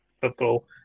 football